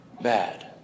bad